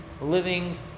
living